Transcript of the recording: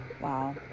Wow